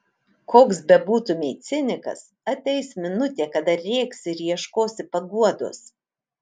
koks bebūtumei cinikas ateis minutė kada rėksi ir ieškosi paguodos